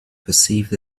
perceived